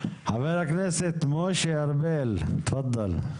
חבר הכנסת משה ארבל, בבקשה.